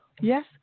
Yes